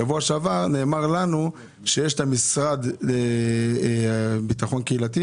בשבוע שעבר, נאמר לנו שיש את הרשות לביטחון קהילתי